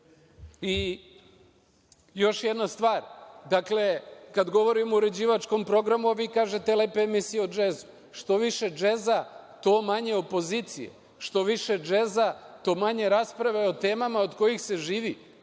biti. Još jedna stvar. Kada govorimo o uređivačkom programu, vi kažete lepe emisije o džezu, što više džeza to manje opozicije, što više džeza to manje rasprave o temama od kojih se živi,